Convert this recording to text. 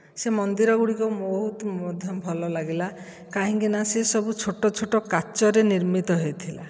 ସେ ମନ୍ଦିର ଗୁଡ଼ିକ ବହୁତ ମଧ୍ୟ ଭଲ ଲାଗିଲା କାହିଁକିନା ସେସବୁ ଛୋଟ ଛୋଟ କାଚରେ ନିର୍ମିତ ହୋଇଥିଲା